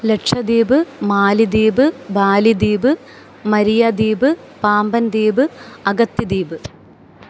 ലക്ഷദ്വീപ് മാലിദ്വീപ് ബാലിദ്വീപ് മരിയ ദ്വീപ് പാമ്പൻ ദ്വീപ് അഗത്തി ദ്വീപ്